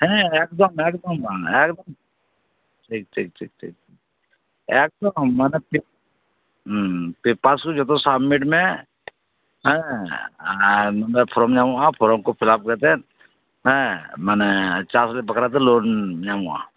ᱦᱮᱸ ᱮᱠᱫᱚᱢ ᱮᱠᱫᱚᱢ ᱴᱷᱤᱠ ᱴᱷᱤᱠ ᱮᱠᱫᱚᱢ ᱟᱢ ᱯᱮᱯᱟᱨ ᱠᱚ ᱡᱚᱛᱚ ᱥᱟᱵᱢᱤᱴ ᱢᱮ ᱦᱮᱸ ᱟᱨ ᱯᱷᱨᱚᱢ ᱧᱟᱢᱚᱜᱼᱟ ᱯᱷᱨᱚᱢ ᱠᱚ ᱯᱷᱤᱞᱟᱯ ᱠᱟᱛᱮ ᱦᱮᱸ ᱢᱟᱱᱮ ᱪᱟᱥ ᱵᱟᱠᱷᱟᱛᱮ ᱞᱳᱱ ᱧᱟᱢᱚᱜᱼᱟ